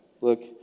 Look